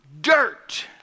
dirt